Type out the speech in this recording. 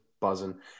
buzzing